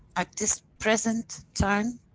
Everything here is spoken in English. at this present time,